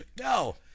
No